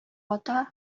ата